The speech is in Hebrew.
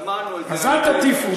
שמענו, אז אל תטיפו.